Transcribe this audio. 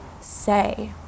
say